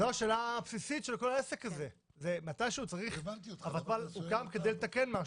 זו השאלה הבסיסית של כל העסק הזה כי הוותמ"ל הוקמה כדי לתקן משהו,